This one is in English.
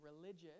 religious